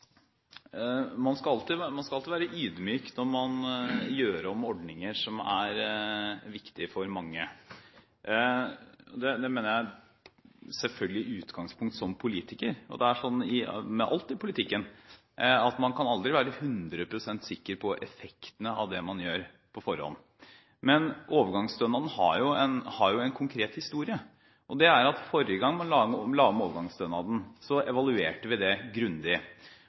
Man skal alltid være ydmyk når man gjør om ordninger som er viktige for mange. Som politiker mener jeg at det er et selvfølgelig utgangspunkt, og sånn er det med alt i politikken. Man kan aldri være hundre prosent sikker på effektene av det man gjør, på forhånd. Men overgangsstønaden har jo en konkret historie. Forrige gang man la om overgangsstønaden, evaluerte man det grundig,